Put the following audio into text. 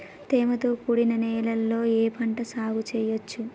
తేమతో కూడిన నేలలో ఏ పంట సాగు చేయచ్చు?